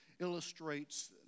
illustrates